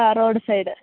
ആ road side